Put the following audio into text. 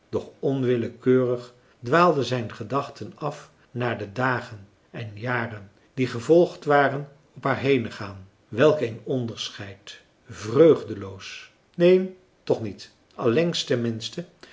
doch onwillekeurig dwaalden zijn gedachten af naar de dagen en jaren die gevolgd waren op haar henengaan welk een onderscheid vreugdeloos neen toch niet allengs tenminste